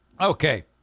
Okay